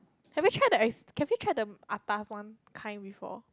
have you tried the ex~ have you tried the atas one kind before